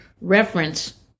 reference